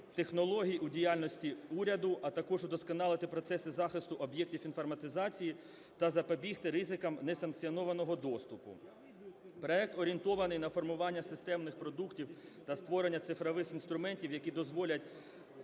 ІКТ-технологій у діяльності уряду, а також удосконалити процеси захисту об'єктів інформатизації та запобігти ризикам несанкціонованого доступу. Проект орієнтований на формування системних продуктів та створення цифрових інструментів, які дозволять